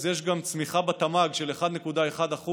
אז יש צמיחה בתמ"ג של 1.1%,